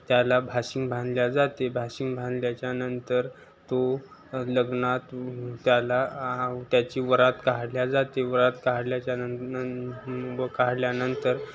त्याला बाशिंग बांधले जाते बाशिंग बांधल्याच्यानंतर तो लग्नात त्याला त्याची वरात काढली जाते वरात काढल्याच्यान न काढल्यानंतर